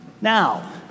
Now